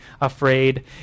afraid